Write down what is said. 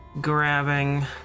grabbing